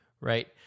right